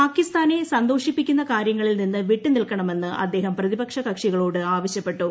പാകിസ്ഥാനെ സന്തോഷിപ്പിക്കുന്ന കാര്യങ്ങളിൽ നിന്ന് വിട്ടുനിൽക്കണമെന്ന് അദ്ദേഹം പ്രതിപക്ഷ ക്ട്ക്ഷികളോട് ആവശ്യപ്പെട്ടു